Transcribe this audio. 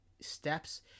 steps